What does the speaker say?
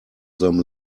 them